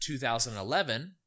2011